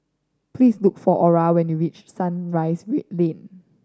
please look for Ora when you reach Sunrise Lane